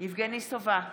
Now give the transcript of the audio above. יבגני סובה,